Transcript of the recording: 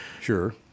Sure